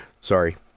Sorry